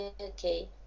okay